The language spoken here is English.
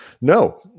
No